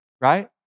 right